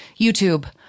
YouTube